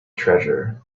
treasure